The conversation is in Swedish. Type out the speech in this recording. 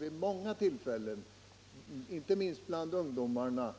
Vid många tillfällen — inte minst bland ungdomar — har